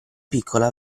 piccola